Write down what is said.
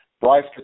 Bryce